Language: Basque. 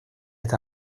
eta